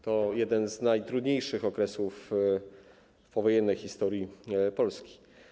To jeden z najtrudniejszych okresów w powojennej historii Polski.